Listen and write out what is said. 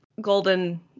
Golden